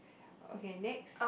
okay next